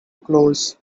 close